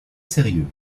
sérieux